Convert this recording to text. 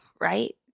right